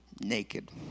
Naked